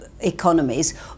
economies